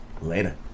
Later